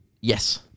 Yes